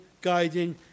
guiding